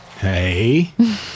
Hey